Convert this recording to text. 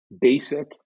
basic